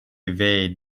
evade